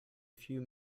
few